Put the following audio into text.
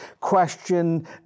question